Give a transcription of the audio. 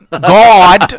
God